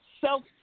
self